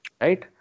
Right